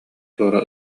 туора